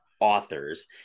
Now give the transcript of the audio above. authors